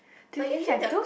like usually they are